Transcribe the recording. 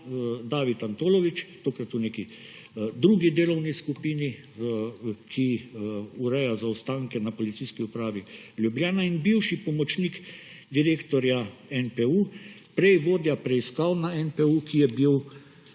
David Antolović, tokrat v neki drugi delovni skupini, ki ureja zaostanke na Policijski upravi Ljubljana, in bivši pomočnik direktorja NPU, prej vodja preiskav na NPU, ki je bil